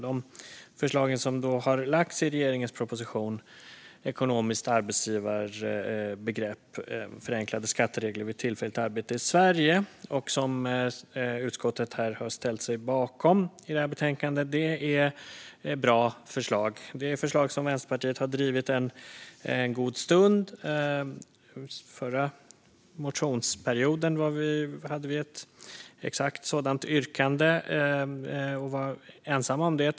De förslag som finns i regeringens proposition, Ekonomiskt arbetsgivarbegrepp - förändrade skatteregler vid tillfälligt arbete i Sverige , och som utskottet har ställt sig bakom i betänkandet är bra förslag. Det är förslag som Vänsterpartiet har drivit en tid. Under den förra motionsperioden hade vi exakt ett sådant yrkande men var tyvärr ensamma om det.